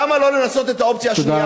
למה לא לנסות את האופציה השנייה?